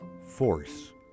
force